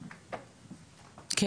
אני עובדת זרה לא דוברת עברית,